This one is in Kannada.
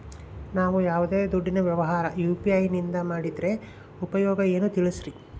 ನಾವು ಯಾವ್ದೇ ದುಡ್ಡಿನ ವ್ಯವಹಾರ ಯು.ಪಿ.ಐ ನಿಂದ ಮಾಡಿದ್ರೆ ಉಪಯೋಗ ಏನು ತಿಳಿಸ್ರಿ?